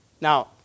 Now